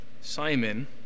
Simon